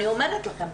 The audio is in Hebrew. ואני אומרת לכם,